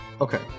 Okay